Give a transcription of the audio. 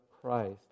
Christ